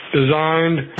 designed